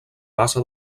base